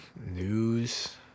news